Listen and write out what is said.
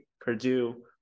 Purdue